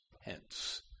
hence